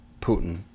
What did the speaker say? Putin